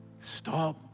Stop